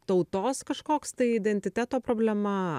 tautos kažkoks tai identiteto problema